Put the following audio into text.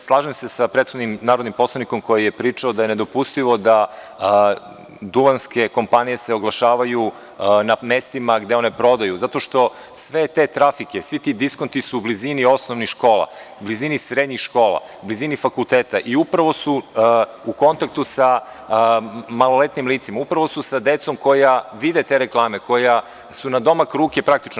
Slažem se sa prethodnim narodnim poslanikom koji je pričao da je nedopustivo da se duvanske kompanije oglašavaju na mestima gde one prodaju, jer sve te trafike, svi ti diskonti su u blizini osnovnih škola, u blizini srednjih škola, u blizini fakulteta i upravo su u kontaktu sa maloletnim licima, upravo su sa decom koja vide te reklame, koja su na domak ruke, praktično.